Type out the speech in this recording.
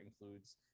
includes